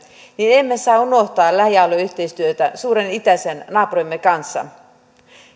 niin emme saa unohtaa lähialueyhteistyötä suuren itäisen naapurimme kanssa